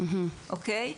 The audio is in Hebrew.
אוקיי?